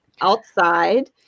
outside